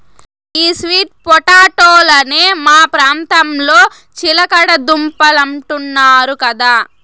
ఈ స్వీట్ పొటాటోలనే మా ప్రాంతంలో చిలకడ దుంపలంటున్నారు కదా